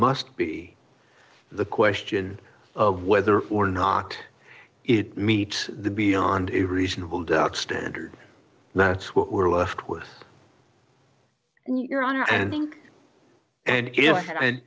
must be the question of whether or not it meets the beyond a reasonable doubt standard that's what we're left with your honor and and